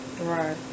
Right